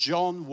John